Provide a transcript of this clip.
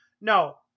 no